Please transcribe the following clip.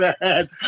bad